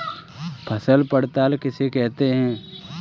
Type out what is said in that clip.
फसल पड़ताल किसे कहते हैं?